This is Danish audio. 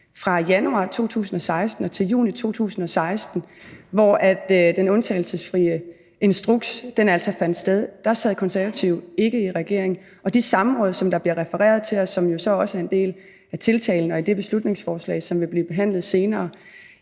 Fra januar 2016 til juni 2016, hvor den undtagelsesfri instruks fandt sted, sad Konservative ikke i regering. Og de samråd, som der bliver refereret til, og som jo så også er en del af tiltalen og af det beslutningsforslag, som vil blive behandlet senere,